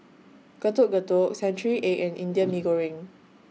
Getuk Getuk Century Egg and Indian Mee Goreng